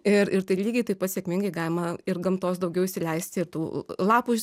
ir ir tai lygiai taip pat sėkmingai galima ir gamtos daugiau įsileisti ir tų lapų